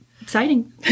exciting